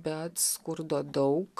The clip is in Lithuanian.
bet skurdo daug